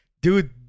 dude